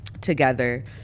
together